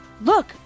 Look